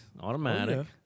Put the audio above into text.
automatic